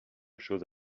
chose